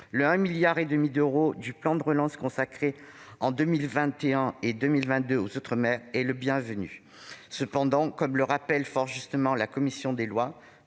Le milliard et demi d'euros du plan de relance consacré en 2021 et 2022 aux outre-mer est le bienvenu. Cependant, comme le rappelle fort justement la commission des lois